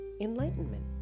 enlightenment